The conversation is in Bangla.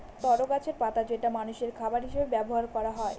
তরো গাছের পাতা যেটা মানষের খাবার হিসেবে ব্যবহার করা হয়